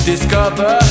Discover